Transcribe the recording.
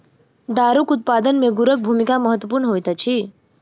दारूक उत्पादन मे गुड़क भूमिका महत्वपूर्ण होइत अछि